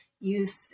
youth